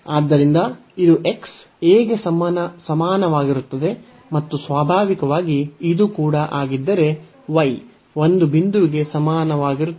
ಆದ್ದರಿಂದ ಇದು x a ಗೆ ಸಮಾನವಾಗಿರುತ್ತದೆ ಮತ್ತು ಸ್ವಾಭಾವಿಕವಾಗಿ ಇದು ಕೂಡ ಆಗಿದ್ದರೆ y ಒಂದು ಬಿಂದುವಿಗೆ ಸಮಾನವಾಗಿರುತ್ತದೆ